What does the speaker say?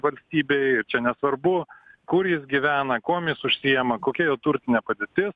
valstybei čia nesvarbu kur jis gyvena kuom jis užsiima kokia jo turtinė padėtis